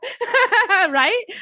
Right